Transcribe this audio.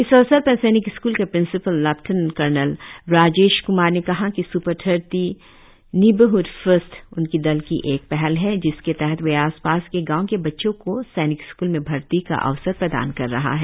इस अवसर पर सैनिक स्कूल के principal lieutenant colonel Rajesh Kumar ने कहा कि सूपर थर्टी निबरहूड फर्स्ट उनकी दल की एक पहल है जिसके तहत वे आसपास के गांव के बच्चों को सैनिक स्कूल में भर्ती का अवसर प्रदान कर रहा है